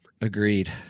Agreed